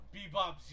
Bebop